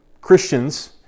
Christians